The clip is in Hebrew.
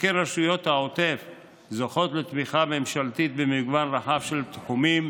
שכן רשויות העוטף זוכות לתמיכה ממשלתית במגוון רחב של תחומים,